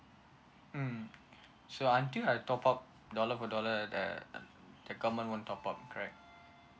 mm so until I top up dollar for dollar the err the government won't top up correct